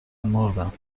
مردم